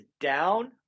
down